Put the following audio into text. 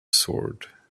sword